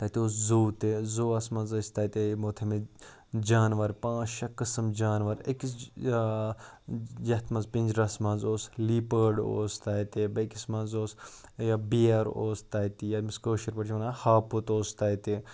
تَتہِ اوس زوٗ تہِ زُوَس منٛز ٲسۍ تَتہِ یِمو تھٲیمٕتۍ جانوَر پانٛژھ شےٚ قٕسٕم جانوَر أکِس یَتھ منٛز پِنٛجرَس منٛز اوس لیٖپٲڈ اوس تَتہِ بیٚکِس منٛز اوس یہِ بِیَر اوس تَتہِ ییٚمِس کٲشِر پٲٹھۍ چھِ وَنان ہاپُت اوس تَتہِ